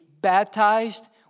baptized